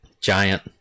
Giant